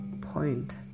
point